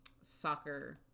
soccer